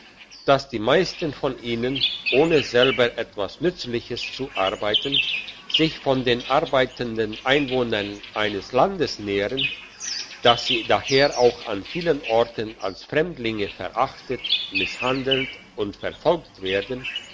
dass die meisten von ihnen ohne selber etwas nützliches zu arbeiten sich von den arbeitenden einwohnern eines landes nähren dass sie daher auch an vielen orten als fremdlinge verachtet misshandelt und verfolgt werden